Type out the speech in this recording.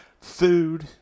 food